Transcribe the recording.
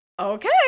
Okay